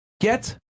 get